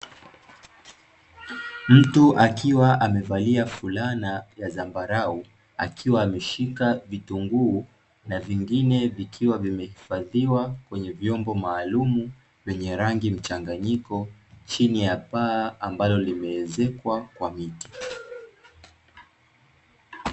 Mtu akiwa amevalia fulana ya zambarau, akiwa ameshika vitunguu na vingine vikiwa vimehifadhiwa kwenye vyombo maalumu, vyenye rangi mchanganyiko chini ya paa ambalo limeezekwa kwa miti.